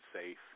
safe